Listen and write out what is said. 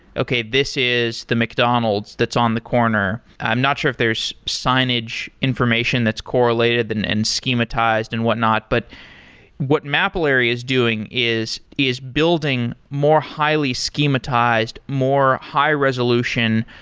okay. this is the mcdonalds that's on the corner. i'm not sure if there's signage information that's correlated and and so schematized and whatnot. but what mapillary is doing is is building more highly so schematized, more high-resolution,